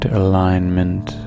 alignment